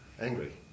Angry